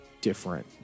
different